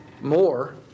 more